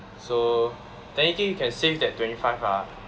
so then think you can save that twenty five lah